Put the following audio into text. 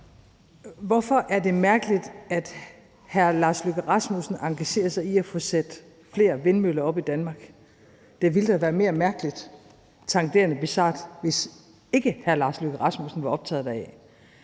Hvorfor er det mærkeligt, at udenrigsministeren engagerer sig i at få sat flere vindmøller op i Danmark? Det ville da være mere mærkeligt, tangerende bizart, hvis ikke udenrigsministeren var optaget deraf.